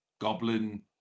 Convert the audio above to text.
Goblin